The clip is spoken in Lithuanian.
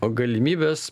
o galimybės